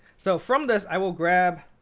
so from this, i will grab,